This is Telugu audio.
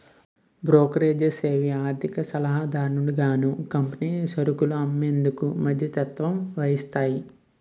బ్రోకరేజెస్ ఏవి ఆర్థిక సలహాదారులుగాను కంపెనీ సరుకులు అమ్మేందుకు మధ్యవర్తత్వం వహిస్తాయి